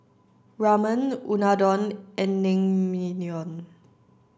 Ramen Unadon and Naengmyeon